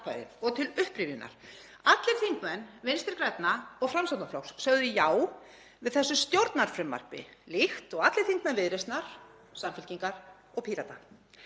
Og til upprifjunar: Allir þingmenn Vinstri grænna og Framsóknarflokks sögðu já við þessu stjórnarfrumvarpi, líkt og allir þingmenn Viðreisnar, Samfylkingar og Pírata.